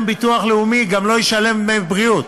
ביטוח לאומי גם לא ישלם דמי בריאות.